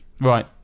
right